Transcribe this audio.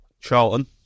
Charlton